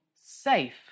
safe